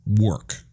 work